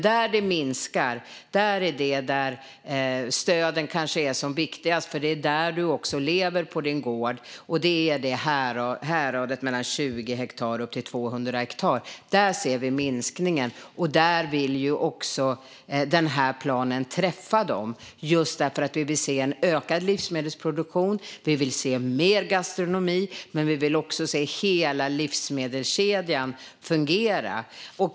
Där det minskar är i häradet 20 upp till 200 hektar där man lever på sin gård, och där är stöden kanske som viktigast. Dem vill vi träffa, just för att vi vill se en ökad livsmedelproduktion med mer gastronomi och en livsmedelskedja som fungerar.